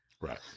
right